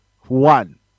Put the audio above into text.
one